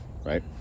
right